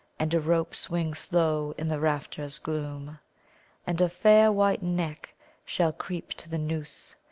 and a rope swing slow in the rafters' gloom and a fair white neck shall creep to the noose,